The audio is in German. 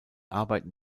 arbeiten